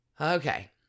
Okay